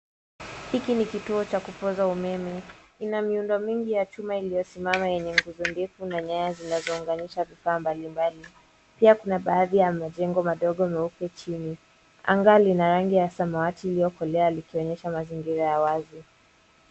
Hili ni kituo cha kupoza umeme. Ina miundo mingi ya chuma iliyosimama yenye nguzo ndefu na nyaya zinazounganisha vifaa mbali mbali. Pia kuna baadhi ya majengo madogo meupe chini. Anga lina rangi ya samawati iliyokolea, likionyesha mazingira ya wazi.